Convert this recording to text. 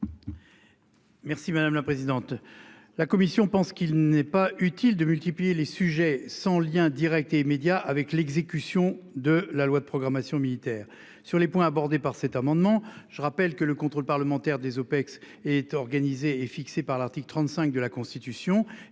Merci madame la présidente. La Commission pense qu'il n'est pas utile de multiplier les sujets sans lien Direct et immédiat avec l'exécution de la loi de programmation militaire sur les points abordés par cet amendement. Je rappelle que le contrôle parlementaire des OPEX et est organisée et fixé par l'article 35 de la Constitution